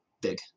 big